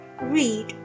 read